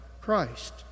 Christ